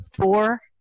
four